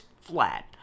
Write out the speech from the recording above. flat